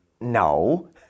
No